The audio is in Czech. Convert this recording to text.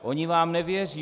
Oni vám nevěří.